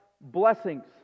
blessings